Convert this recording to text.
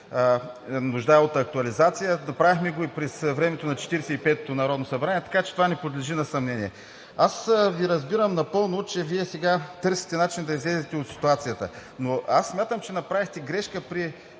нуждае от актуализация, направихме го и през времето на 45-ото народно събрание, така че това не подлежи на съмнение. Разбирам Ви напълно, че Вие сега търсите начин да излезете от ситуацията, но аз смятам, че направихте грешка при